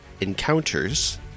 Encounters